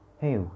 hey